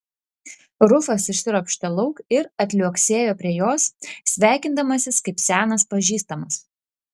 rufas išsiropštė lauk ir atliuoksėjo prie jos sveikindamasis kaip senas pažįstamas